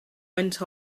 went